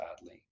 badly